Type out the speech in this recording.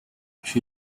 she